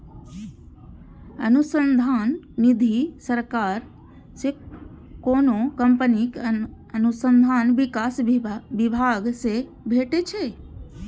अनुसंधान निधि सरकार सं आ कोनो कंपनीक अनुसंधान विकास विभाग सं भेटै छै